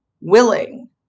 willing